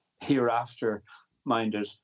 hereafter-minded